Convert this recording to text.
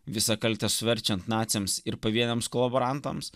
visą kaltę suverčiant naciams ir pavieniams kolaborantams